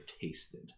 tasted